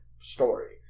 story